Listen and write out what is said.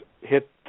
hit